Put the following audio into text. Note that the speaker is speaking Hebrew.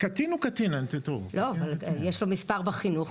יש לו מספר בחינוך,